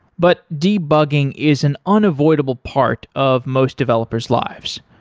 but debugging is an unavoidable part of most developers' lives.